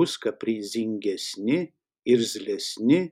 bus kaprizingesni irzlesni